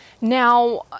now